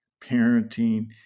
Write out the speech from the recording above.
parenting